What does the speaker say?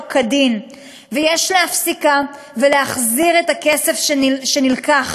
כדין ויש להפסיקה ולהחזיר את הכסף שנלקח,